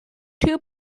two